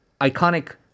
iconic